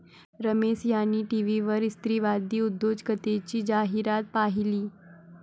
रमेश यांनी टीव्हीवर स्त्रीवादी उद्योजकतेची जाहिरात पाहिली